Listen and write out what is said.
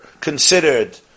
considered